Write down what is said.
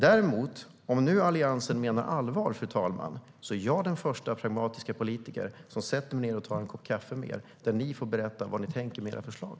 Om ni i Alliansen menar allvar är jag den förste av pragmatiska politiker att sätta mig ned och ta en kopp kaffe med er så att ni få berätta vad ni tänker med era förslag.